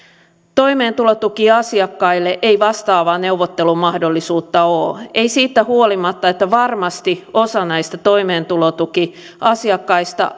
toimeentulotukiasiakkaille ei vastaavaa neuvottelumahdollisuutta ole ei siitä huolimatta että varmasti osa näistä toimeentulotukiasiakkaista